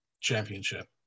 Championship